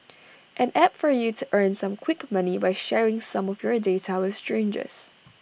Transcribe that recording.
an app for you to earn some quick money by sharing some of your data with strangers